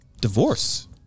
divorce